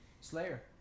slayer